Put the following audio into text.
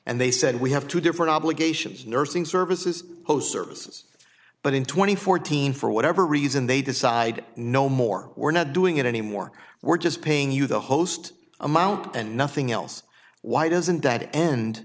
and they said we have two different obligations nursing services post services but in two thousand and fourteen for whatever reason they decide no more we're not doing it anymore we're just paying you the host amount and nothing else why doesn't that end